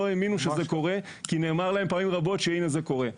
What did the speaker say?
האמינו שזה קורה כי נאמר להם פעמים רבות שהנה זה קורה.